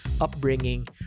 upbringing